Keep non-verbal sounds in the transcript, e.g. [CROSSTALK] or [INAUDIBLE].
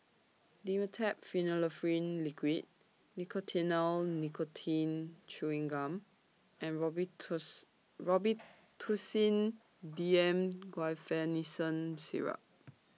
Dimetapp Phenylephrine Liquid Nicotinell Nicotine Chewing Gum and [UNINTELLIGIBLE] Robitussin D M Guaiphenesin Syrup